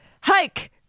hike